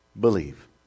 believe